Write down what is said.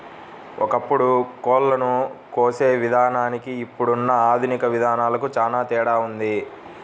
ఒకప్పుడు కోళ్ళను కోసే విధానానికి ఇప్పుడున్న ఆధునిక విధానాలకు చానా తేడా ఉంది